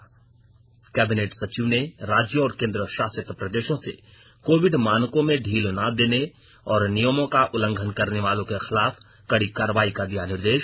ने कैबिनेट सचिव ने राज्यों और केन्द्र शासित प्रदेशों से कोविड मानकों में ढील न देने और नियमों का उल्लंघन करने वालों के खिलाफ कड़ी कार्रवाई का दिया निर्देश